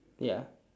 ya